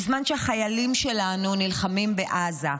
בזמן שהחיילים שלנו נלחמים בעזה,